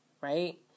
right